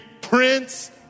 Prince